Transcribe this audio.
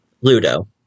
Ludo